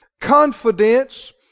confidence